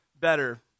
better